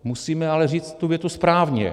Musíme ale říct tu větu správně.